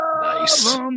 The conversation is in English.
Nice